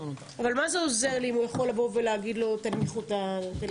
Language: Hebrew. אבל מה זה עוזר לי אם הוא יכול לבוא ולהגיד לו: תנמיכו את הטלוויזיה?